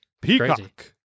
peacock